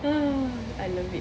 I love it